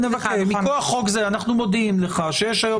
מכוח חוק זה אנחנו מודיעים לך שיש היום